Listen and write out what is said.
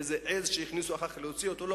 איזו עז הכניסו וצריך אחר כך להוציא אותה.